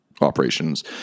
operations